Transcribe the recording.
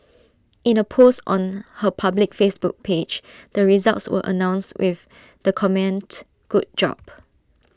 in A post on her public Facebook page the results were announced with the comment good job